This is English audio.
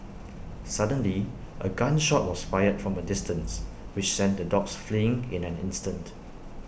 suddenly A gun shot was fired from A distance which sent the dogs fleeing in an instant